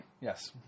Yes